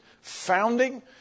founding